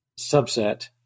subset